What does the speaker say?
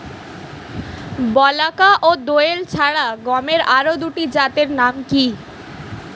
বলাকা ও দোয়েল ছাড়া গমের আরো দুটি জাতের নাম কি?